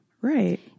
right